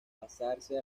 pasarse